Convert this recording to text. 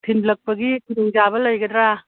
ꯊꯤꯟꯂꯛꯄꯒꯤ ꯈꯨꯗꯣꯡ ꯆꯥꯕ ꯂꯩꯒꯗ꯭ꯔꯥ